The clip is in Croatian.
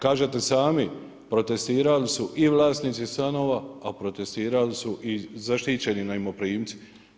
Kažete sami, protestirali su i vlasnici stanova, a protestirali su i zaštićeni najmoprimci.